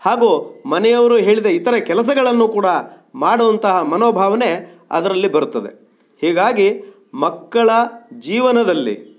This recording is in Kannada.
ಹಾಗೂ ಮನೆಯವರು ಹೇಳಿದ ಇತರ ಕೆಲಸಗಳನ್ನು ಕೂಡ ಮಾಡುವಂತಹ ಮನೋಭಾವನೆ ಅದರಲ್ಲಿ ಬರುತ್ತದೆ ಹೀಗಾಗಿ ಮಕ್ಕಳ ಜೀವನದಲ್ಲಿ